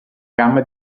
gamma